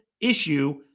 issue